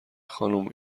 خانم